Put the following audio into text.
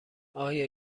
آیا